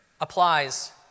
applies